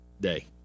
day